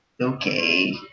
Okay